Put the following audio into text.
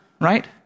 right